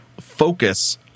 focus